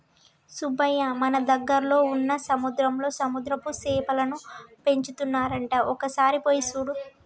సుబ్బయ్య మన దగ్గరలో వున్న సముద్రంలో సముద్రపు సేపలను పెంచుతున్నారంట ఒక సారి పోయి సూడు